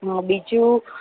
હં બીજું